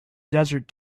desert